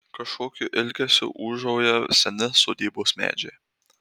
kažkokiu ilgesiu ūžauja seni sodybos medžiai